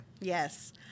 yes